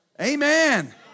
Amen